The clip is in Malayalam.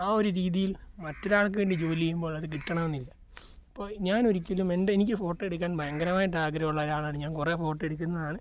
ആ ഒരു രീതിയിൽ മറ്റൊരാൾക്ക് വേണ്ടി ജോലി ചെയ്യുമ്പോഴത് കിട്ടണമെന്നില്ല ഇപ്പോൾ ഞാൻ ഒരിക്കലും എൻ്റെ എനിക്ക് ഫോട്ടോ എടുക്കാൻ ഭയങ്കരമായിട്ട് ആഗ്രഹമുള്ളൊരാളാണ് ഞാൻ കുറേ ഫോട്ടോ എടുക്കുന്നതാണ്